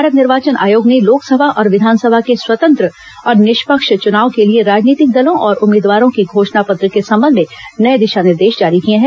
भारत निर्वाचन आयोग ने लोकसभा और विधानसभा के स्वतंत्र और निष्पक्ष चुनाव के लिए राजनीतिक दलों और उम्मीदवारों के घोषणा पत्र के संबंध में नए दिशा निर्देश जारी किए हैं